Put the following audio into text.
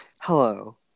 Hello